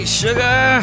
sugar